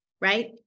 Right